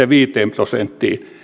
viiteen prosenttiin